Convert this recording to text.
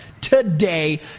today